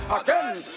Again